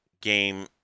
game